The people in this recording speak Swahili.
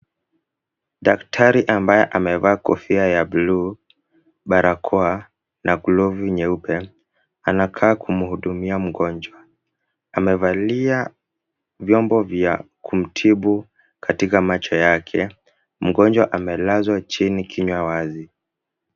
Daktari ambaye amevaa kofia ya blue , barakoa na glove nyeupe, anakaa kumhudumia mgonjwa. Amevalia vyombo vya kumtibu katika macho yake. Mgonjwa amelazwa chini, kinywa wazi.